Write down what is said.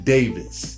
Davis